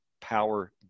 power